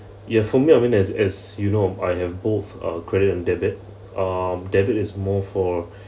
ya for me I mean as as you know I have both our credit and debit um debit is more for